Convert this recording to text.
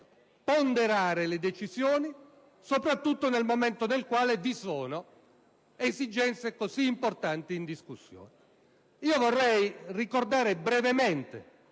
ponderare le decisioni, soprattutto nel momento in cui vi sono esigenze così importanti in discussione. Vorrei ricordare brevemente